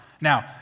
Now